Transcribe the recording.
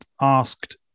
asked